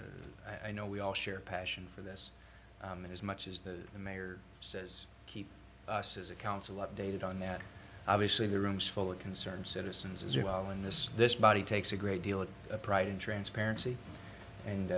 d i know we all share a passion for this and as much as the mayor says keep us as a council updated on that obviously the rooms full of concerned citizens as well and this this body takes a great deal of pride in transparency